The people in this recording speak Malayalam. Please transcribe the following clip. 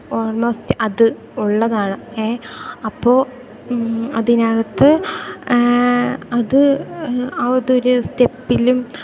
ഓൾമോസ്റ്റ് അത് ഒള്ളതാണ് ഏ അപ്പോ അതിനകത്ത് അത് അതൊരു സ്റ്റെപ്പിലും